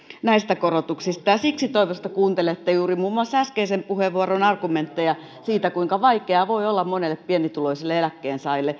näistä korotuksista ja siksi toivoisin että kuuntelette juuri muun muassa äskeisen puheenvuoron argumentteja siitä kuinka vaikeaa voi tosiasiassa olla monelle pienituloiselle eläkkeensaajalle